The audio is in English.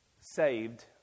saved